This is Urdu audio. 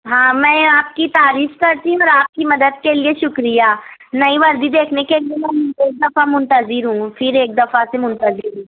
ہاں میں آپ کی تعریف کرتی اور آپ کی مدد کے لیے شکریہ نئی وردی دیکھنے کے لیے منتظر ہوں پھر ایک دفعہ سے منتظر ہوں